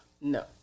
No